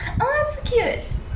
!aww! so cute